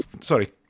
sorry